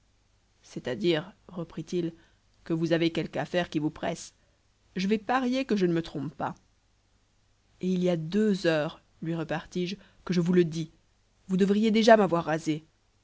c'est-à-dire reprit-il que vous avez quelque affaire qui vous presse je vais parier que je ne me trompe pas et il y a deux heures lui repartis-je que je vous le dis vous devriez déjà m'avoir rasé